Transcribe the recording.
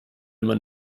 man